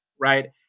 right